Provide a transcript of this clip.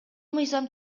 мыйзам